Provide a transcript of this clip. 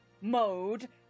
mode